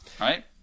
right